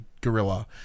gorilla